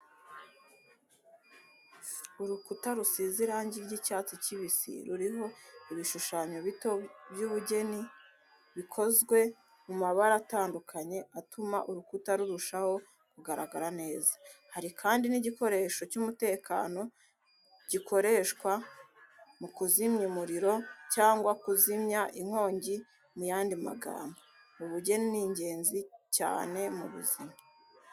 Urukuta rusize irangi ry’icyatsi kibisi, ruriho ibishushanyo bito by’ubugeni, bikozwe mu mabara atandukanye, atuma urukuta rurushaho kugaragara neza. Hari kandi n'igikoresho cy’umutekano gikoreshwa mu kuzimya umuriro cyangwa kuzimya inkongi mu y'andi magambo. Ubugeni ni ingenzi cyane mu buzima